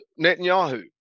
Netanyahu